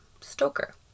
Stoker